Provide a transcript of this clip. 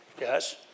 Yes